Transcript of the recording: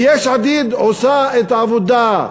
ויש עתיד עושה את העבודה,